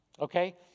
Okay